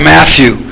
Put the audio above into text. Matthew